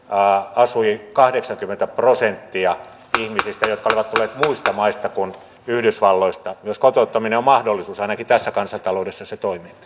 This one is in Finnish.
asui kahdeksankymmentä prosenttia ihmisiä jotka olivat tulleet muista maista kuin yhdysvalloista myös kotouttaminen on mahdollisuus ainakin tässä kansantaloudessa se toimi